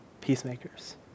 peacemakers